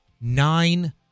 nine